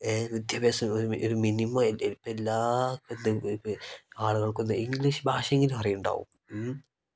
ഏ വിദ്യാഭ്യാസം ഒരു ഒരു മിനിമം എല്ലാ ആളുകൾക്കു എന്താ ഇംഗ്ലീഷ് ഭാഷയെങ്കിലും അറിയുന്നുണ്ടാവും മ്